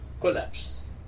Collapse